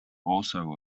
also